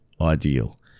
ideal